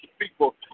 people